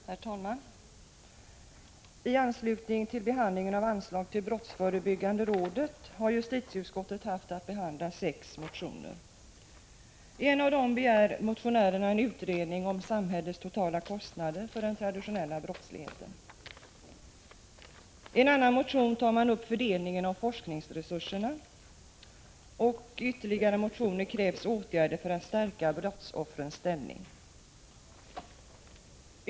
Herr talman! I anslutning till behandlingen av anslag till brottsförebyggande rådet har justitieutskottet haft att behandla sex motioner. I en av dem begär motionärerna en utredning om samhällets totala kostnader för den traditionella brottsligheten. I en annan motion tar man upp fördelningen av forskningsresurserna. I de andra motionerna krävs åtgärder för att stärka brottsoffrens ställning.